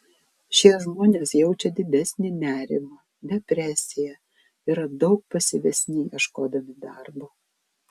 šie žmonės jaučia didesnį nerimą depresiją yra daug pasyvesni ieškodami darbo